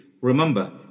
Remember